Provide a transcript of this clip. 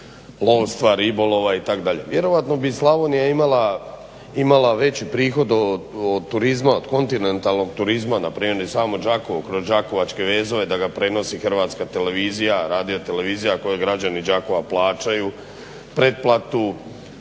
lovstva, ribolova itd. Vjerojatno bi Slavonija imala veći prihod od turizma, od kontinentalnog turizma, npr. ne samo Đakovo kroz Đakovačke vezove da ga prenosi Hrvatska televizija, radio televizija koju građani Đakova plaćaju pretplatu.